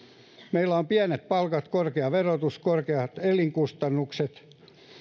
meillä on pienet palkat korkea verotus korkeat elinkustannukset